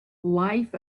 life